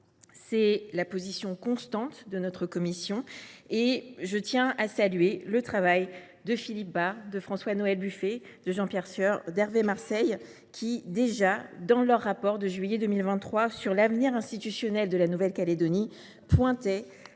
est la position constante de notre commission. Je salue d’ailleurs le travail de Philippe Bas, de François Noël Buffet, de Jean Pierre Sueur et d’Hervé Marseille, qui, déjà, dans leur rapport de juillet 2023 sur l’avenir institutionnel de la Nouvelle Calédonie, soulignaient